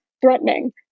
threatening